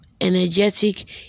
energetic